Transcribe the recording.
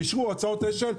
אישרו הוצאות אש"ל.